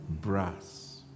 brass